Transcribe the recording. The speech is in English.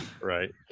right